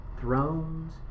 thrones